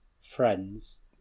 Friends